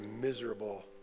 miserable